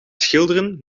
schilderen